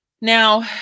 Now